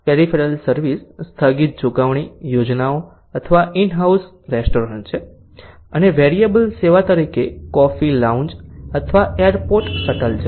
peripheral service સ્થગિત ચુકવણી યોજનાઓ અથવા ઈન હાઉસ રેસ્ટોરન્ટ છે અને વેરિયેબલ સેવા તરીકે કોફી લાઉન્જ અથવા એરપોર્ટ શટલ છે